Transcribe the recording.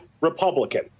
Republican